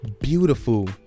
beautiful